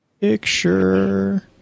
picture